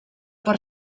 per